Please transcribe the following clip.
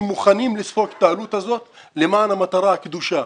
מוכנים לספוג את העלות הזאת למען המטרה הקדושה.